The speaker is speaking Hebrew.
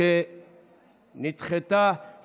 אין נמנעים.